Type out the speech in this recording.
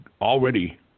already